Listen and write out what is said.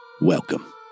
Welcome